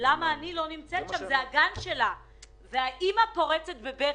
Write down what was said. "למה אני לא נמצאת שם", ואז האימא פרצה בבכי.